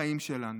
בחיים שלנו.